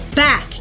back